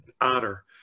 honor